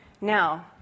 Now